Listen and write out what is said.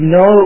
no